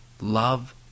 love